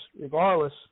regardless